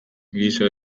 giza